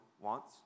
wants